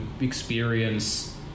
experience